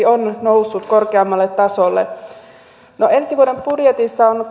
on noussut korkeammalle tasolle ensi vuoden budjetissa on